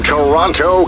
Toronto